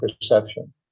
perception